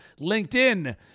LinkedIn